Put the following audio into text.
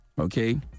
okay